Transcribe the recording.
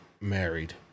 married